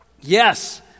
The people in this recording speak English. Yes